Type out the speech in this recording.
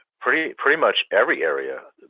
pretty pretty much every area.